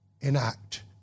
enact